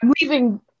leaving